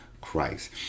Christ